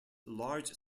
large